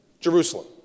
Jerusalem